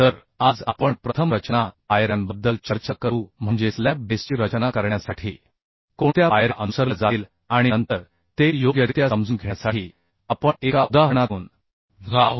तर आज आपण प्रथम रचना पायऱ्यांबद्दल चर्चा करू म्हणजे स्लॅब बेसची रचना करण्यासाठी कोणत्या पायऱ्या अनुसरल्या जातील आणि नंतर ते योग्यरित्या समजून घेण्यासाठी आपण एका उदाहरणातून जाऊ